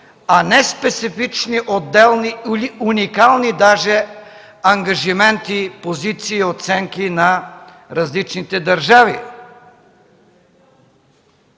а не специфични, отделни, уникални даже ангажименти, позиции и оценки на различните държави.